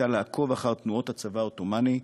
הייתה לעקוב אחר תנועות הצבא העות'מאני,